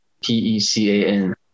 P-E-C-A-N